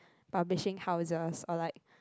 publishing houses or like